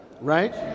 right